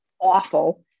awful